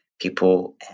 people